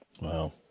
Wow